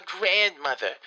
grandmother